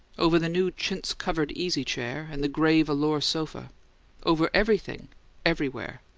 over the new chintz-covered easy chair and the gray velure sofa over everything everywhere,